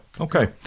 Okay